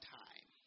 time